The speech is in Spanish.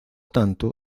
tanto